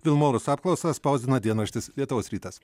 vilmorus apklausą spausdina dienraštis lietuvos rytas